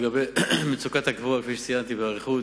לגבי מצוקת הקבורה, כפי שציינתי באריכות,